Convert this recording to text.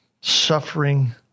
suffering